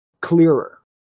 clearer